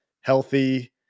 healthy